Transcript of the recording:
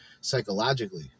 psychologically